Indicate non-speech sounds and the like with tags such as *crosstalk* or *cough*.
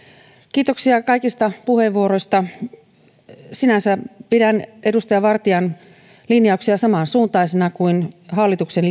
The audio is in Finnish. kiitoksia kaikista puheenvuoroista sinänsä pidän edustaja vartian linjauksia samansuuntaisina kuin hallituksen *unintelligible*